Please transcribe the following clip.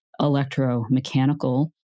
electromechanical